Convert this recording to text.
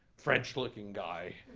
french looking guy